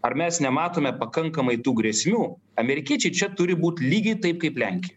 ar mes nematome pakankamai tų grėsmių amerikiečiai čia turi būt lygiai taip kaip lenkija